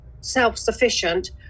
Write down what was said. self-sufficient